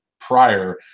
prior